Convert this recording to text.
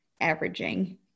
averaging